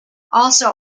also